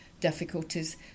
difficulties